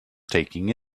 taking